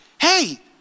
hey